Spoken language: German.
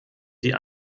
die